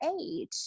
age